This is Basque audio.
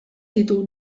ditu